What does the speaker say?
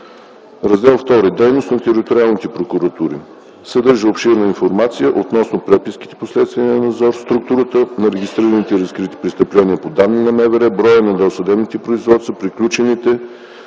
Раздел II “Дейност на териториалните прокуратури” съдържа обширна информация относно: преписките по следствения надзор, структурата на регистрираните и разкрити престъпления по данни на МВР, броя досъдебни производства, приключените